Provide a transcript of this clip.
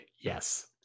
yes